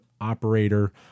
operator